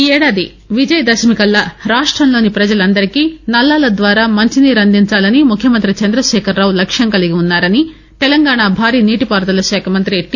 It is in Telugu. ఈ ఏదాది విజయదశమి కల్లా రాష్టంలోని ప్రజలందరికీ నల్లాల ద్వారా మంచినీరు అందించాలని ముఖ్యమంత్రి చంద్రశేఖరరావు లక్ష్మంగా కలిగి వున్నారని తెలంగాణ భారీ నీటిపారుదల శాఖ మంతి టి